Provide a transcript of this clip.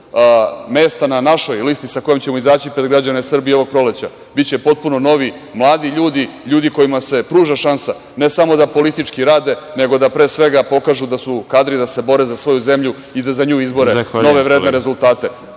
mesta na našoj listi sa kojom ćemo izaći pred građane Srbije ovog proleća biće potpuno novi mladi ljudi, ljudi kojima se pruža šansa, ne samo da političke rade, nego da pre svega pokažu da su kadri da se bore za svoju zemlju i da za nju izbore nove vredne rezultate.